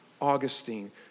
Augustine